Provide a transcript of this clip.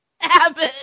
Abbott